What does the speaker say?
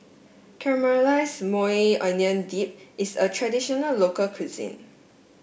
Caramelized Maui Onion Dip is a traditional local cuisine